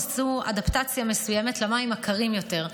עשו אדפטציה מסוימת למים הקרים יותר.